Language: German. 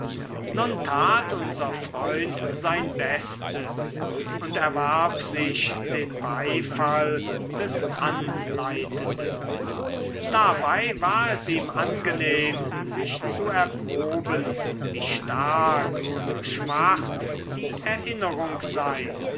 nun tat unser freund sein bestes und erwarb sich den beifall des anleitenden dabei war es ihm angenehm sich zu erproben wie stark oder schwach die erinnerung sei